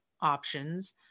options